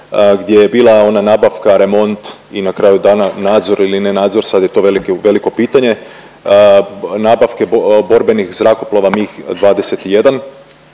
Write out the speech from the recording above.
gdje je bila ona nabavka, remont i na kraju dana nadzor ili ne nadzor sad je to veliko pitanje. Nabavke borbenih zrakoplova MIG-21,